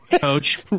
coach